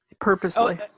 Purposely